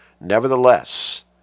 Nevertheless